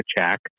check